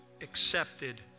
accepted